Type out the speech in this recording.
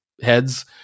heads